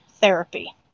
therapy